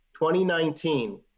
2019